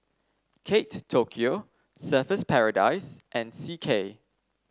Kate Tokyo Surfer's Paradise and C K